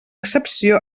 excepció